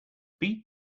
beat